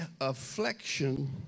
affliction